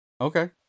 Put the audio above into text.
Okay